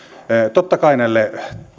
totta kai näille